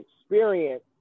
experience